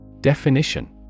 Definition